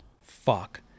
fuck